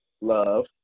love